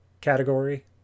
category